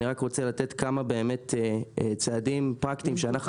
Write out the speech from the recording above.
אני רק רוצה לתת כמה צעדים באמת פרקטיים שאנחנו זיהינו.